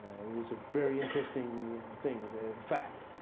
was a very interesting thing, fact.